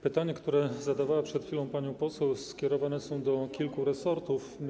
Pytania, które zadawała przed chwilą pani poseł, skierowane są do kilku resortów.